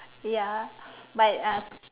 ya but uh